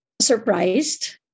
surprised